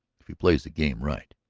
if he plays the game right.